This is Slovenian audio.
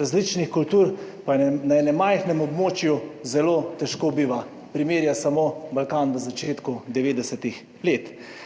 različnih kultur, pa na enem majhnem območju zelo težko biva, primer je samo Balkan v začetku 90. let.